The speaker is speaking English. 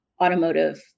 automotive